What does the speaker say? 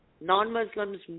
Non-Muslims